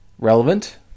relevant